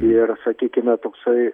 ir sakykime toksai